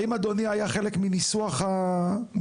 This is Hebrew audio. האם אדוני היה חלק מניסוח המכרז?